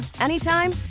anytime